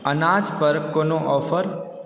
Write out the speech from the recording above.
अनाज पर कोनो ऑफर